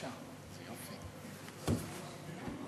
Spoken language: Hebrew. (אומר